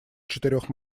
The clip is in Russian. четырех